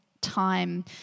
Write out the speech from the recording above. time